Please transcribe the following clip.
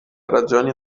ragioni